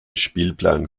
spielplan